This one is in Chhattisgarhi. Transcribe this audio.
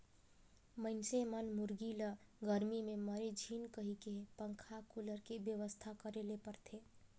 मइनसे मन मुरगी ल गरमी में मरे झेन कहिके पंखा, कुलर के बेवस्था करे ले परथे